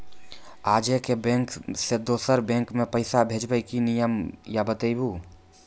आजे के बैंक से दोसर बैंक मे पैसा भेज ब की नियम या बताबू?